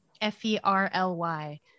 f-e-r-l-y